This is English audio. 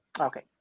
Okay